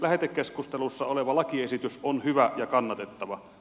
lähetekeskustelussa oleva lakiesitys on hyvä ja kannatettava